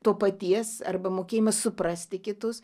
to paties arba mokėjimas suprasti kitus